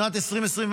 שנת 2024,